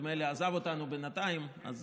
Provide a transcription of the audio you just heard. נדמה לי שהוא עזב אותנו בינתיים, אז